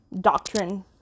doctrine